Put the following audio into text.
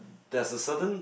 there's a certain